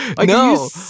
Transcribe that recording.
No